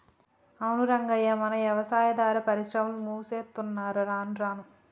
అవును రంగయ్య మన యవసాయాదార పరిశ్రమలు మూసేత్తున్నరు రానురాను